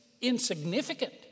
insignificant